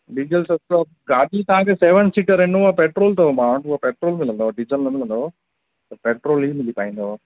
diesel सस्तो आहे गाॾी तव्हांखे सेवन सीटर इनोवा पेट्रोल अथव मां वटि उहो पेट्रोल मिलंदव डीजल न मिलंदव पेट्रोल ई मिली पाईंदव